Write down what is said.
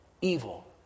evil